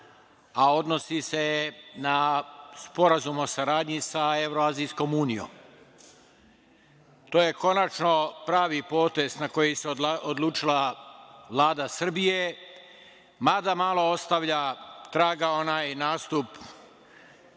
a odnosi se na Sporazum o saradnji sa Evroazijskom unijom. To je konačno pravi potez na koji se odlučila Vlada Srbije, mada malo ostavlja traga onaj nastup